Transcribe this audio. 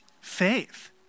faith